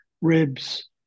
ribs